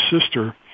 sister